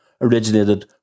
originated